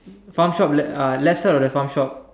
farm shop left uh left side of the farm shop